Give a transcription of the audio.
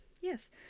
yes